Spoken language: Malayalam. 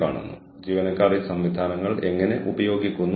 മറ്റുള്ളവരെക്കാൾ ഒരു നേട്ടം നേടുന്നതിന് അത് എന്നെ സഹായിക്കുന്നു